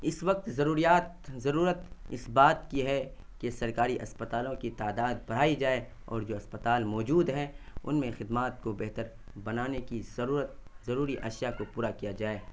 اس وقت ضروریات ضرورت اس بات کی ہے کہ سرکاری اسپتالوں کی تعداد بڑھائی جائے اور جو اسپتال موجود ہیں ان میں خدمات کو بہتر بنانے کی ضرورت ضروری اشیاء کو پورا کیا جائے